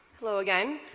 hello again.